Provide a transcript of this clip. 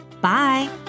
Bye